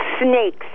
snakes